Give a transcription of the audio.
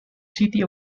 city